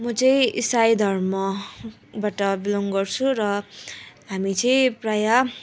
म चाहिँ इसाई धर्मबाट बिलोङ गर्छु र हामी चाहिँ प्रायः